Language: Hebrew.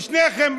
לשניכם.